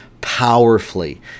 powerfully